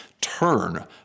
turn